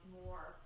more